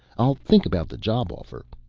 i'll think about the job offer.